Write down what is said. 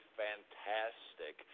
fantastic